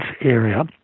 area